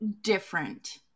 different